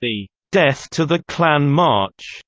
the death to the klan march